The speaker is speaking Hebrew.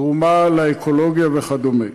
תרומה לאקולוגיה וכדומה.